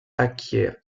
acquiert